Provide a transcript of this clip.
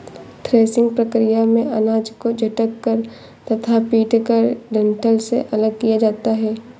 threshing प्रक्रिया में अनाज को झटक कर तथा पीटकर डंठल से अलग किया जाता है